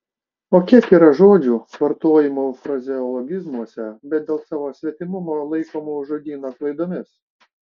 o kiek yra žodžių vartojamų frazeologizmuose bet dėl savo svetimumo laikomų žodyno klaidomis